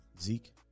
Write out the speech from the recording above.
Zeke